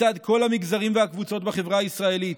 מצד כל המגזרים והקבוצות בחברה הישראלית: